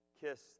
kiss